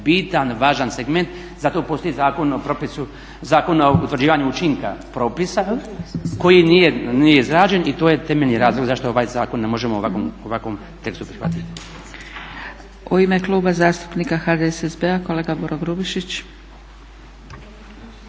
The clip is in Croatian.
bitan, važan segment, zato postoji Zakon o utvrđivanju učinka propisa koji nije izrađen i to je temeljni razlog zašto ovaj zakon ne možemo u ovakvom tekstu prihvatiti. **Zgrebec, Dragica (SDP)** U ime Kluba zastupnika HDSSB-a, kolega Boro Grubišić.